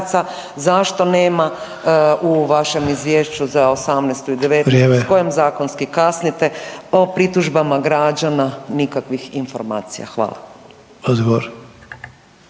Zašto nema u vašem izvješću za osamnaestu i devetnaestu s kojim zakonski kasnite o pritužbama građana nikakvih informacija. Hvala.